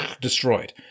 destroyed